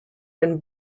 been